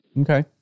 Okay